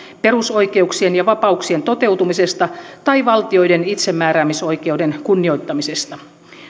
perusoikeuksien ja vapauksien toteutumisesta tai valtioiden itsemääräämisoikeuden kunnioittamisesta